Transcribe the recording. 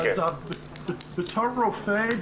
בתור רופא,